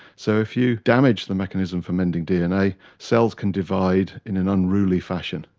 so if you damage the mechanism for mending dna cells can divide in an unruly fashion.